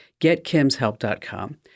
getkimshelp.com